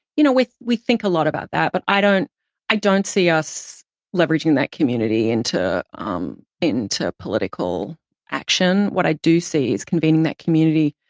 you know, we think a lot about that. but i don't i don't see us leveraging that community into um into political action. what i do see is convening that community